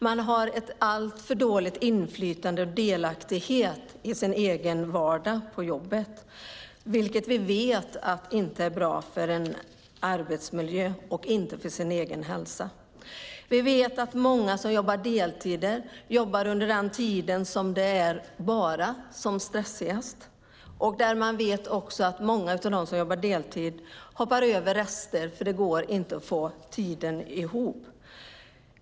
Man har ett alltför dåligt inflytande och en för dålig delaktighet i sin egen vardag på jobbet, vilket vi vet inte är bra för arbetsmiljön och för den egna hälsan. Vi vet att många som jobbar deltid jobbar under den tid som det är som stressigast. Vi vet också att många av dem som jobbar deltid hoppar över raster för att det inte går att få ihop tiden.